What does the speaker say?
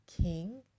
King